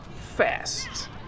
fast